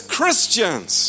Christians